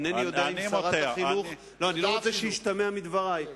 אני לא רוצה שישתמע מדברי.